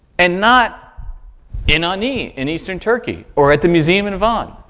and not in ani in eastern turkey or at the museum in van,